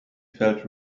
felt